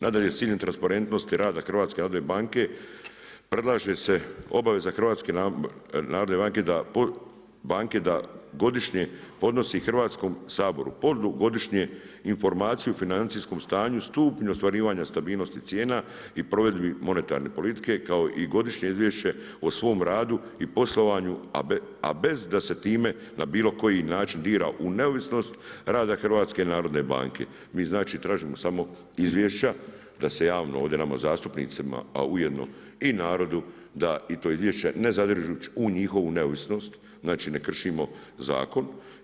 Nadalje, … transparentnosti rada HNB-a predlaže se obaveze HNB-a da godišnje podnosi Hrvatskom saboru polugodišnje informaciju o financijskom stanju, stupnju ostvarivanja stabilnosti cijena i provedbi monetarne politike kao i godišnje izvješće o svom radu i poslovanju, a bez da se time na bilo koji način dira u neovisnost rada HNB-a Mi znači tražimo samo izvješća da se javno ovdje nama zastupnicima, a ujedno i narodu da i to izvješće ne zadiruć u njihovu neovisnost, znači ne kršimo zakon.